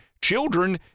children